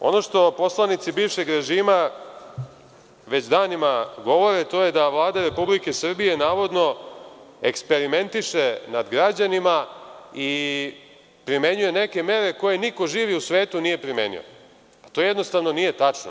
Dalje, ono što poslanici bivšeg režima već danima govore, to je da Vlada Republike Srbije navodno eksperimentiše nad građanima i primenjuje neke mere koje niko živi u svetu nije primenio, to nije tačno.